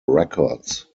records